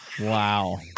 Wow